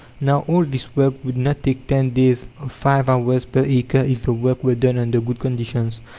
now all this work would not take ten days of five hours per acre if the work were done under good conditions.